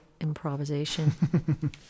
improvisation